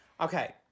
Okay